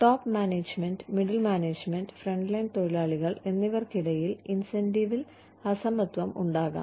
top management middle management frontline തൊഴിലാളികൾ എന്നിവർക്കിടയിൽ ഇൻസെൻറ്റിവിൽ അസമത്വം ഉണ്ടാകാം